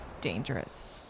dangerous